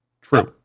True